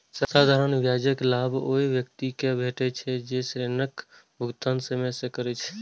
साधारण ब्याजक लाभ ओइ व्यक्ति कें भेटै छै, जे ऋणक भुगतान समय सं करै छै